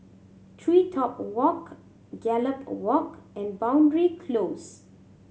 TreeTop Walk Gallop Walk and Boundary Close